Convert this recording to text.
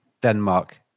Denmark